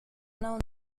known